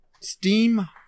Steam